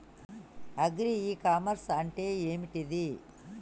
Agri e commerce అంటే ఏంటిది?